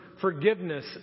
Forgiveness